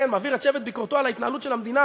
מעביר את שבט ביקורתו על ההתנהלות של המדינה